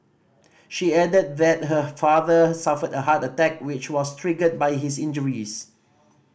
she added that her father suffered a heart attack which was triggered by his injuries